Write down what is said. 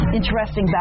interesting